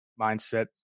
mindset